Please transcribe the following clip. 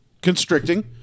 constricting